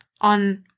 on